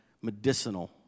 medicinal